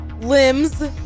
limbs